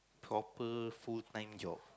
proper full time job